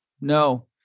No